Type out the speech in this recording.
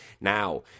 Now